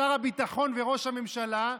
שר הביטחון וראש הממשלה.